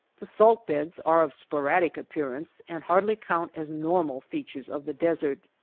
the salt-beds are of sporadic appearance and hardly count as normal features of the desert.